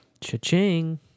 Cha-ching